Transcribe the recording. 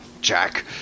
Jack